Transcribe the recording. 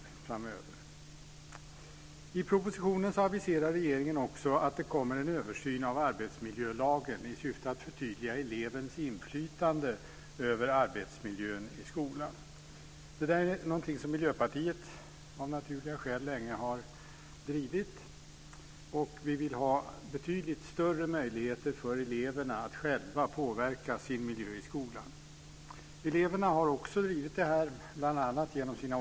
Regeringen aviserar i propositionen att det också kommer en översyn av arbetsmiljölagen i syfte att förtydliga elevens inflytande över arbetsmiljön i skolan. Det är något som Miljöpartiet av naturliga skäl länge har drivit, och vi vill ge eleverna betydligt större möjligheter att själva påverka miljön i skolan. Eleverna har också genom sina organisationer drivit detta.